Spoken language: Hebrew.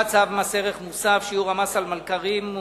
מס ערך מוסף מ-16.5% ל-16%,